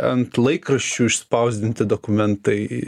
ant laikraščių išspausdinti dokumentai